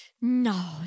no